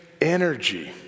energy